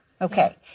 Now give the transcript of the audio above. Okay